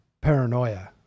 paranoia